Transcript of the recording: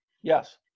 yes